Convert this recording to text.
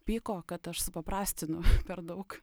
pyko kad aš supaprastinu per daug